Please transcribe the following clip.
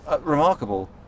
remarkable